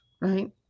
right